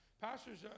pastors